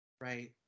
right